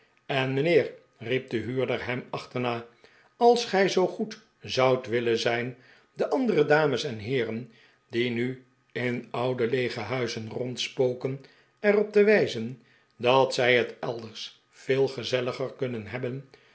en mijnheer riep de huurder hem achterna als gij zoo goed zoudt willen zijn de andere dames en heeren die nu in oude ieege huizen rondspoken er op te wijzen dat zij het elders veel gezelliger kunnen hebben